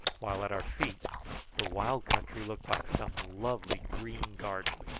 while at our feet the wild country looked like some lovely green garden.